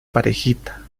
parejita